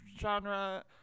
genre